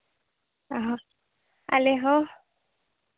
ᱚᱸᱻ ᱦᱚᱸ ᱟᱞᱮ ᱦᱚᱸ